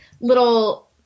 little